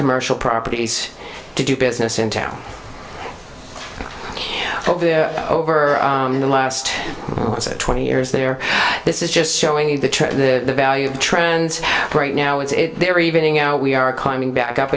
commercial properties to do business in town over the last twenty years there this is just showing you the trend the value of trans right now it's there even ing out we are climbing back up